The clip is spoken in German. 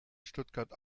stuttgart